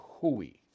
hooey